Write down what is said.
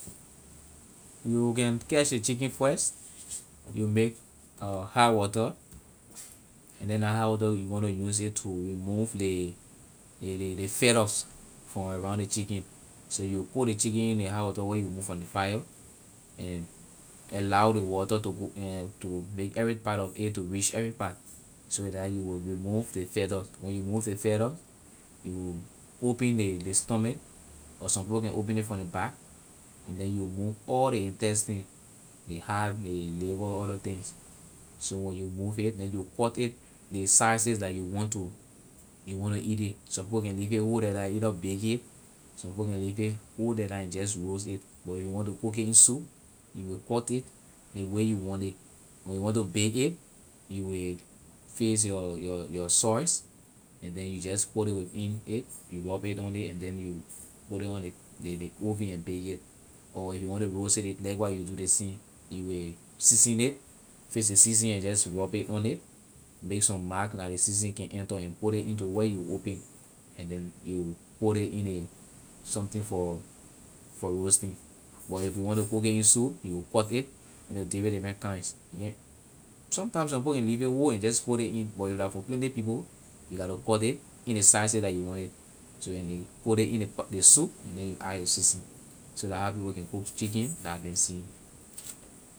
You can catch ley chicken first you make hot water and then la water you gonna use it to remove ley ley ley feathers from around ley chicken so you will put ley chicken in ley hot water where you will move from ley fire and allow ley water to go and to make every part of it to reach every part so that you will remove ley feathers when you remove ley feather you open ley ley stomach butsome people can open it from ley back and then you will move all ley intestine ley have ley liver other things so when you move it then you will cut it ley sizes that you want to you want to eat it some people can leave it whole like that and either bake it some people can leave it whole like that and just roast it but if you wan to cook it in soup you cut it ley way you want it when you want to bake it you will fix your your your sauce and then you just put it within it you rub it on it and then you put it on ley ley oven and bake it or when you want to roast it can do ley same you will season it fix ley season and just rub it on it make some mark la ley season can enter and puy ley in to where you will open and then you put it in ley something for for roasting if you want to cook it in soup you will cut it in to different different kinds sometime some people can leave it whole and just put it in but if la for plenty people you gatto cut it in ley sizes you want it then you put ley in ley po- ley soup then you add your season so la how people can cook chicken la I can see.